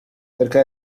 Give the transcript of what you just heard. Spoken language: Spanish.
cerca